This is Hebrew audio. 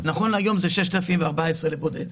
נכון להיום הסכום הוא 6,014 לבודד.